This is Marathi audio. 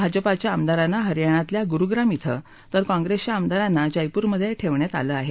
भाजपाच्या आमदारांना हरियाणातल्या गुरुग्राम इथं तर काँग्रेसच्या आमदारांना जयपूरमधे ठेवण्यात आलं आहे